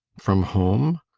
from home?